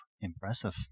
Impressive